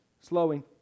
slowing